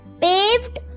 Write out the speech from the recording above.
paved